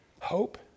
hope